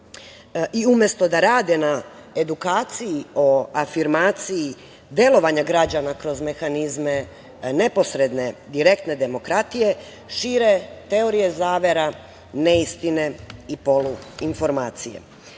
i umesto da rade na edukaciji o afirmaciji delovanja građana kroz mehanizme neposredne, direktne demokratije, šire teorije zavera, ne istine i polu informacije. Krajnje